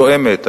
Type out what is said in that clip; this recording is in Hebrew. היא מתואמת.